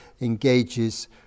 engages